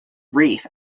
reef